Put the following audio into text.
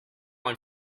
one